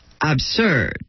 absurd